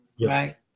right